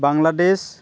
Bangladesh